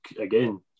again